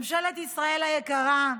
ממשלת ישראל היקרה,